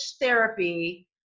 therapy